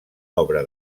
obra